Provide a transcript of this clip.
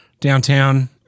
downtown